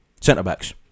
Centre-backs